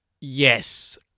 yes